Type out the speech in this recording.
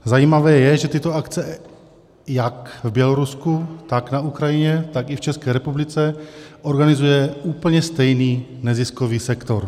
Zajímavé je, že tyto akce jak v Bělorusku, tak na Ukrajině, tak i v České republice organizuje úplně stejný neziskový sektor.